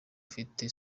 afite